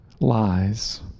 lies